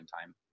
time